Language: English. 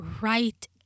right